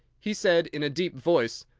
he said in a deep voice,